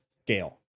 scale